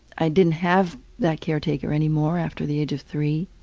i didn't have that caretaker anymore after the age of three